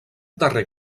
darrer